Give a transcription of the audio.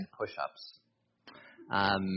push-ups